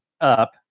up